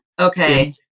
Okay